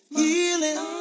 healing